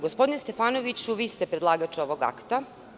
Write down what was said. Gospodine Stefanoviću vi ste predlagač ovog akta.